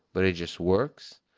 but it just works,